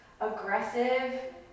aggressive